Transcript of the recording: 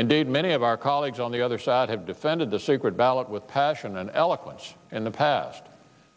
indeed many of our colleagues on the other side have defended the secret ballot with passion and eloquence in the past